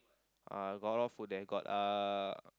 uh got a lot of food there got uh